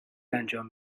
انجام